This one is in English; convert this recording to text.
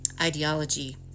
ideology